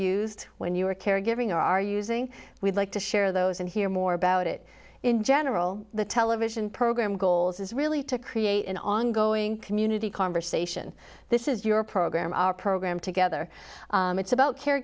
used when you were caregiving are using we'd like to share those and hear more about it in general the television program goals is really to create an ongoing community conversation this is your program our program together it's about care